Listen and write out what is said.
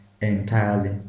entirely